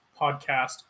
podcast